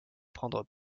prendre